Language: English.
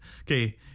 Okay